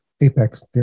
Apex